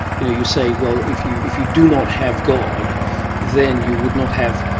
you know you say, well, if you if you do not have god then you would not have,